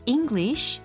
English